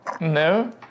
No